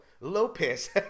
Lopez